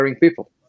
people